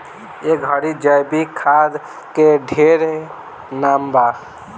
ए घड़ी जैविक खाद के ढेरे नाम बा